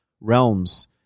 realms